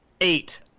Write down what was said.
eight